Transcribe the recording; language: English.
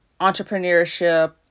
entrepreneurship